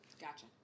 Gotcha